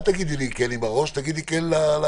אל תגידי לי כן עם הראש, תגידי כן לפרוטוקול.